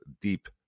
deep